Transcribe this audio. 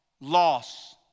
loss